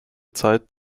zeit